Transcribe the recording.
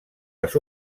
les